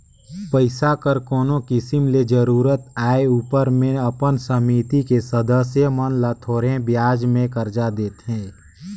पइसा कर कोनो किसिम ले जरूरत आए उपर में अपन समिति के सदस्य मन ल थोरहें बियाज में करजा देथे